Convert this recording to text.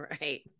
right